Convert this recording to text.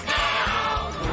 now